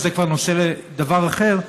אבל זה כבר דבר אחר,